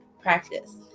practice